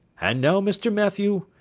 and now, mr. mathew,